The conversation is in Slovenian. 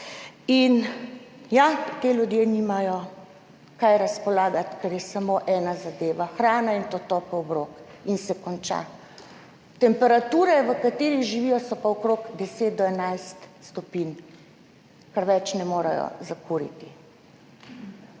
In ja, ti ljudje nimajo kaj razpolagati, ker je samo ena zadeva – hrana, in to topel obrok, in se konča. Temperature, v katerih živijo, so pa okrog 10 do 11 stopinj, ker več ne morejo zakuriti.